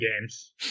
games